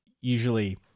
usually